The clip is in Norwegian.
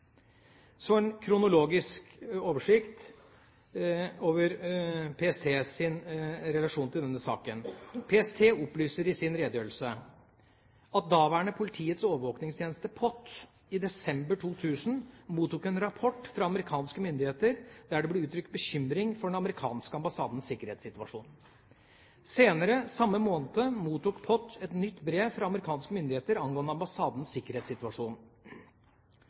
en kronologisk oversikt over PSTs relasjon til denne saken. PST opplyser i sin redegjørelse at daværende Politiets overvåkingstjeneste – POT – i desember 2000 mottok en rapport fra amerikanske myndigheter der det ble uttrykt bekymring for den amerikanske ambassadens sikkerhetssituasjon. Senere samme måned mottok POT et nytt brev fra amerikanske myndigheter angående ambassadens sikkerhetssituasjon,